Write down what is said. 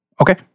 Okay